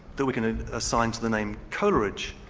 that we can assign to the name coleridge,